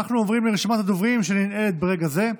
אנחנו עוברים לרשימת הדוברים, שננעלת ברגע זה.